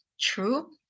true